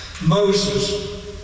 Moses